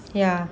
ya